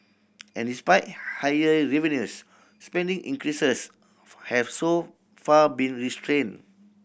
and despite higher revenues spending increases have so far been restrained